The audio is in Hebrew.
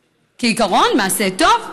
כעיקרון, זה מעשה טוב,